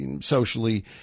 socially